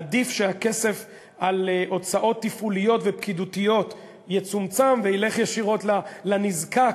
עדיף שהכסף על הוצאות תפעוליות ופקידותיות יצומצם וילך ישירות לנזקק,